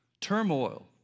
turmoil